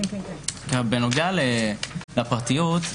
בנוגע לפרטיות,